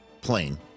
plane